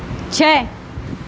چھ